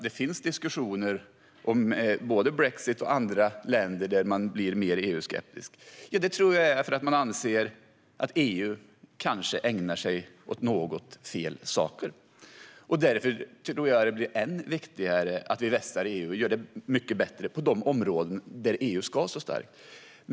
Det finns diskussioner om både brexit och andra länder där man blir mer EU-skeptisk. Jag tror att det är så här för att man anser att EU kanske ägnar sig åt något fel saker. Därför tror jag att det blir än viktigare att vi vässar EU och gör det mycket bättre på de områden där EU ska stå starkt.